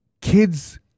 kids